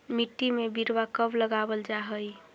मिट्टी में बिरवा कब लगावल जा हई?